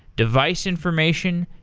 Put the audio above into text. device information,